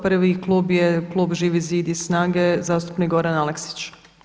Prvi klub je klub Živi zid i SNAGA-e zastupnik Goran Aleksić.